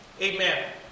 Amen